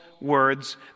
words